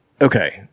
okay